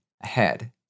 ahead